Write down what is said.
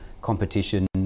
competition